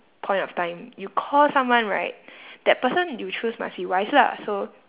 point of time you call someone right that person you choose must be wise lah so